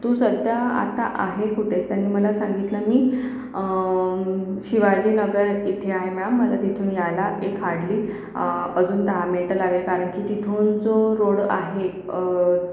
तू सध्या आता आहे कुठे आहेस त्याने मला सांगितलं मी शिवाजीनगर इथे आहे मॅम मला तिथून यायला एक हार्डली अजून दहा मिनटं लागेल कारण की तिथून जो रोड आहे